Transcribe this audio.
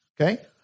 okay